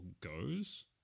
goes